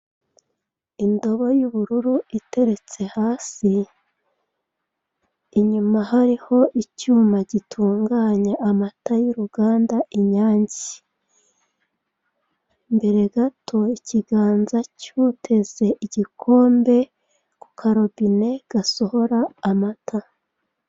Indobo y'ubururu iteretse hasi. Inyuma hariho icyuma gutunganya amata y'uruganda Inyange. Imbere gato hari ikiganza cy'uteze agakobwe ku karobine gasohora amata.